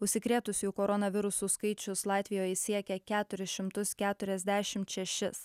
užsikrėtusiųjų koronavirusu skaičius latvijoj siekia keturis šimtus keturiasdešimt šešis